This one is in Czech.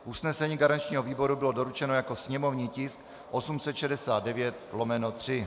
Usnesení garančního výboru bylo doručeno jako sněmovní tisk 869/3.